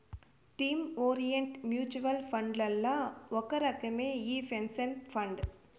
theme orient mutual ఫండ్లల్ల ఒక రకమే ఈ పెన్సన్ ఫండు